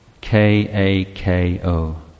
K-A-K-O